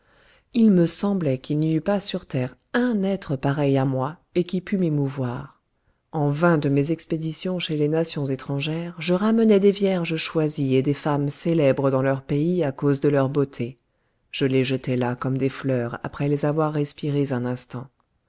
il me semblait qu'il n'y eût pas sur terre un être pareil à moi et qui pût m'émouvoir en vain de mes expéditions chez les nations étrangères je ramenais des vierges choisies et des femmes célèbres dans leur pays à cause de leur beauté je les jetais là comme des fleurs après les avoir respirées un instant